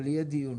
אבל יהיה דיון